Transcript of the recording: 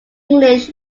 english